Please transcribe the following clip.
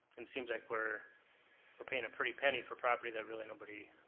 and seems like we're we're paying a pretty penny for property that really nobody,